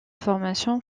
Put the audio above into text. formation